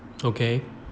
okay